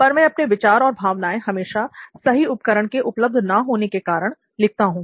पर मैं अपने विचार और भावनाएं हमेशा सही उपकरण के उपलब्ध ना होने के कारण लिखता हूं